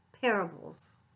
parables